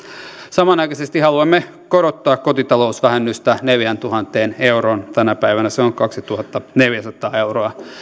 samanaikaisesti haluamme korottaa kotitalousvähennystä neljääntuhanteen euroon tänä päivänä se on kaksituhattaneljäsataa euroa